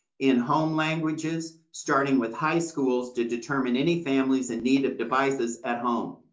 in home languages, starting with high schools, to determine any families in need of devices at home.